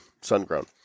sun-grown